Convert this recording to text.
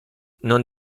non